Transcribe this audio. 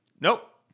Nope